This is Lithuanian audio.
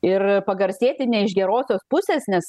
ir pagarsėti ne iš gerosios pusės nes